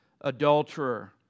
adulterer